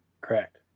Correct